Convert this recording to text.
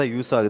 use